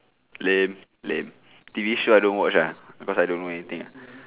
lame lame T_V show I don't watch ah cause I don't know anything uh